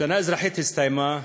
השנה האזרחית הסתיימה,